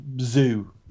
zoo